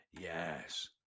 Yes